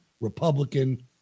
Republican